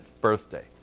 birthday